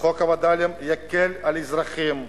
חוק הווד”לים יקל על האזרחים.